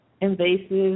invasive